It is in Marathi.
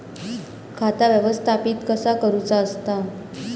खाता व्यवस्थापित कसा करुचा असता?